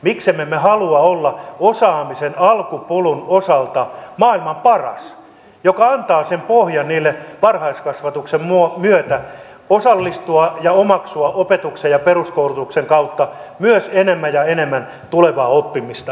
miksemme me halua olla osaamisen alkupolun osalta maailman paras joka antaa sen pohjan varhaiskasvatuksen myötä osallistua ja omaksua opetuksen ja peruskoulutuksen kautta myös enemmän ja enemmän tulevaa oppimista